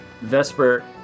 Vesper